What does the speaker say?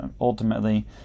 ultimately